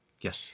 Yes